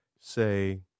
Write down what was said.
say